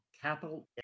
Capital